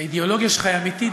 והאידיאולוגיה שלך היא אמיתית,